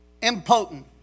impotent